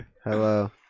Hello